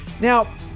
Now